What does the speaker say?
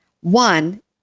One